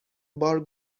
بار